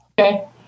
Okay